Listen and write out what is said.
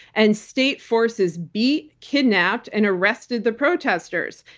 and state forces beat, kidnapped and arrested the protesters.